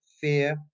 fear